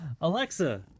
Alexa